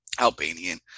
Albanian